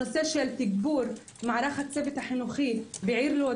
הנושא של תגבור מערך הצוות החינוכי בעיר לוד,